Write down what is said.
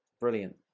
Brilliant